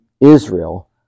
Israel